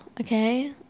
okay